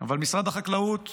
אבל משרד החקלאות,